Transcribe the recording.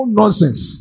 nonsense